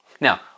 Now